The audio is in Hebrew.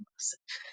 למעשה.